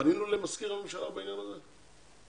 פנינו למזכיר הממשלה בעניין הזה?